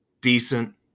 decent